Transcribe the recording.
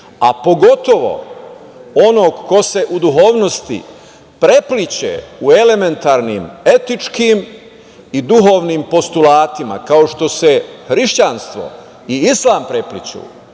a pogotovo onog ko se u duhovnosti prepliće u elementarnim, etičkim i duhovnim postulatima, kao što se hrišćanstvo i islam prepliću. Dakle,